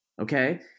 Okay